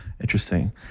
Interesting